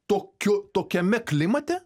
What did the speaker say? tokiu tokiame klimate